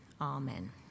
Amen